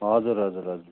हजुर हजुर हजुर